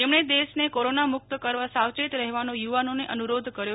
તેમણે દેશને કોરોના મુકત કરવા સાવચેત રહેવાનો યુવાનોને અનુરોધ કર્યો